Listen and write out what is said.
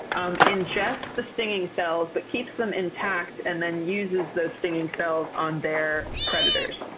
um ingests the stinging cells, but keeps them intact, and then uses those stinging cells on their predators.